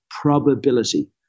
probability